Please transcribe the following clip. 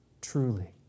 Truly